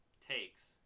takes